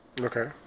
Okay